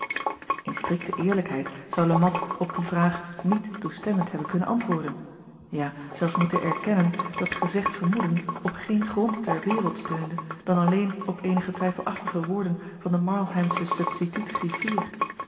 n strikte eerlijkheid zou e at op die vraag niet toestemmend hebben kunnen antwoorden ja zelfs moeten erkennen dat gezegd vermoeden op geen grond ter wereld steunde dan alleen op eenige twijfelachtige woorden van den arlheimschen ubstituut riffier